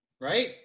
Right